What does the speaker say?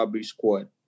squad